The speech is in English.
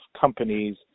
companies